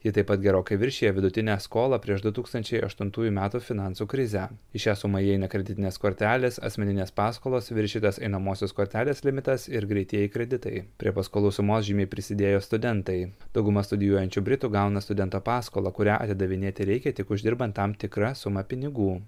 ji taip pat gerokai viršija vidutinę skolą prieš du tūkstančiai aštuntųjų metų finansų krizę į šią sumą įeina kreditinės kortelės asmeninės paskolos viršytas einamosios kortelės limitas ir greitieji kreditai prie paskolų sumos žymiai prisidėjo studentai dauguma studijuojančių britų gauna studento paskolą kurią atidavinėti reikia tik uždirbant tam tikrą sumą pinigų